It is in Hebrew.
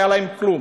לא היה להם כלום?